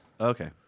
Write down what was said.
Okay